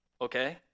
Okay